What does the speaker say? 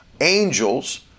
angels